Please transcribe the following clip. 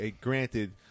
Granted